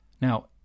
Now